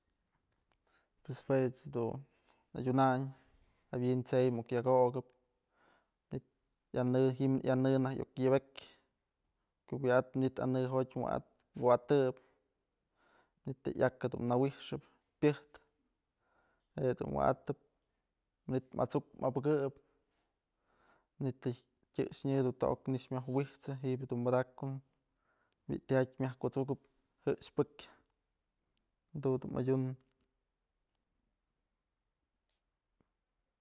Pues juech dun adyunay jawi'in t'sey muk yak okëp ji'im yan'në najk iuk yëbëkyë ku wyat manytë an'në jotyë wa'at kuwa'atëp. manytë je'e yak jadun nawixëp pyëjtë jedun wa'atëp manyt masuk mabëkëp, manytë tyex në taok nëkx myoj wijsë ji'i dun padakom bi'i tijatyë myaj kusukëp jë'ëx pëkyë jadun dun madyunëp.